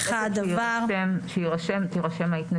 הצבעה הסעיפים אושרו אני רק מבקשת שתירשם ההתנגדות,